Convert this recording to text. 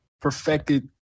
perfected